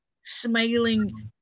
smiling